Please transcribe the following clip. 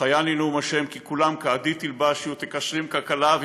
"חי אני נאם ה' כי כלם כעדי תלבשי ותקשרים ככלה".